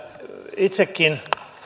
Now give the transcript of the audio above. itsekin